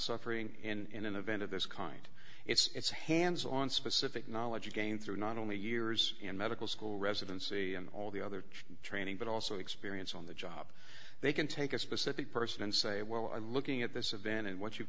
suffering and in an event of this kind it's hands on specific knowledge again through not only years in medical school residency and all the other training but also experience on the job they can take a specific person and say well i'm looking at this event and what you've